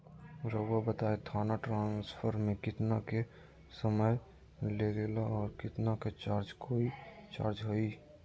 रहुआ बताएं थाने ट्रांसफर में कितना के समय लेगेला और कितना के चार्ज कोई चार्ज होई?